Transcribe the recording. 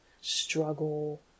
struggle